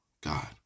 God